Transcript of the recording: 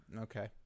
Okay